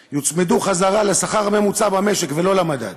אתה, שיוצמדו חזרה לשכר הממוצע במשק ולא למדד,